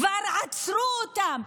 כבר עצרו אותם.